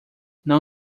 não